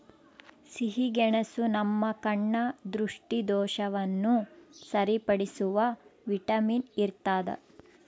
ಸಿಹಿಗೆಣಸು ನಮ್ಮ ಕಣ್ಣ ದೃಷ್ಟಿದೋಷವನ್ನು ಸರಿಪಡಿಸುವ ವಿಟಮಿನ್ ಇರ್ತಾದ